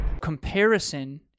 Comparison